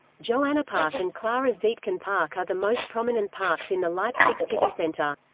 johannapark and clara-zetkin-park are the most prominent parks in the leipzig city centre.